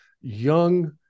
young